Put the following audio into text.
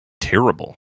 Terrible